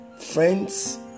friends